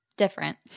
Different